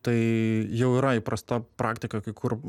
tai jau yra įprasta praktika kai kur